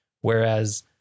Whereas